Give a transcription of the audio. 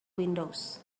windows